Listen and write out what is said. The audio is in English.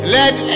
let